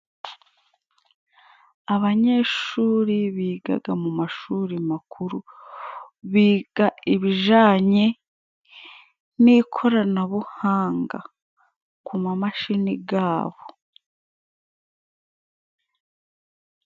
Abanyeshuri bigaga mu mashuri makuru, biga ibijanye n'ikoranabuhanga ku mamashini gabo.